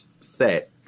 set